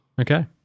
Okay